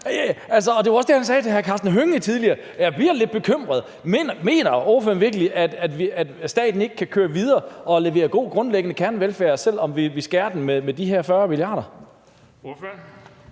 Det var også det, han sagde til hr. hr. Karsten Hønge tidligere: Ja, vi er lidt bekymrede. Mener ordføreren virkelig, at staten ikke kan køre videre og levere god, grundlæggende kernevelfærd, selv om vi skærer den ned med 40 mia. kr.?